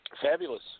fabulous